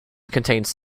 contains